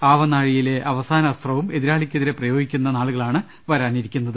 ആവനാഴിയിലെ അവസാന അസ്ത്രവും എതിരാളിക്കെതിരെ പ്രയോഗിക്കുന്ന നാളു കളാണ് വരാനിരിക്കുന്നത്